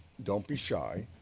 don't be shy,